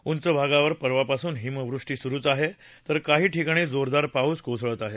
उंच भागावर परवापासून हिमवृष्टी सुरूच आहे तर काही ठिकाणी जोरदार पाऊस कोसळत आहे